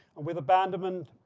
with abandonment,